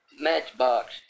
matchbox